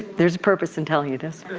there's a purpose in telling you this.